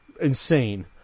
insane